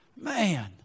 Man